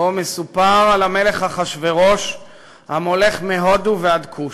שבו מסופר על המלך אחשוורוש המולך מהודו ועד כוש.